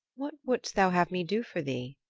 what wouldst thou have me do for thee?